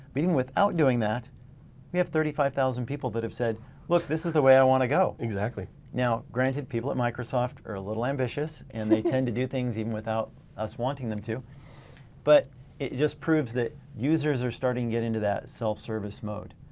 meeting without doing that we have thirty five thousand people that have said look this is the way i want to go. exactly. now granted people at microsoft are a little ambitious and they tend to do things even without us wanting them to but it just proves that users are starting to get into that self-service mode.